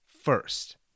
first